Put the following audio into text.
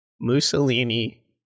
Mussolini